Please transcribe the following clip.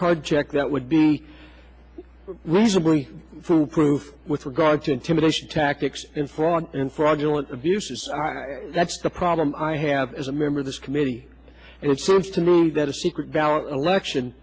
card check that would be reasonable for proof with regard to intimidation tactics and fraud and fraudulent abuses are that's the problem i have as a member of this committee and it seems to move that a secret ballot election